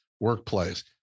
workplace